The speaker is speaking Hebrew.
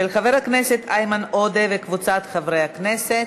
של חבר הכנסת איימן עודה וקבוצת חברי הכנסת.